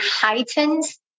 heightens